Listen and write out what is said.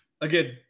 again